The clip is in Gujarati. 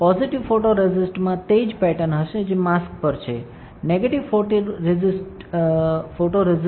પોઝિટિવ ફોટોરેસિસ્ટમાં તે જ પેટર્ન હશે જે માસ્ક પર છે નેગેટિવ ફોટોરેસિસ્ટ માં વિપરીત પેટર્ન હશે